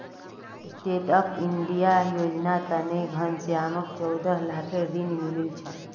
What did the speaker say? stand up India योजनार तने घनश्यामक चौदह लाखेर ऋण मिलील छ